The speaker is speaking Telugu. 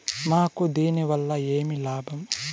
మాకు దీనివల్ల ఏమి లాభం